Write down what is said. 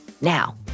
Now